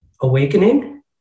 awakening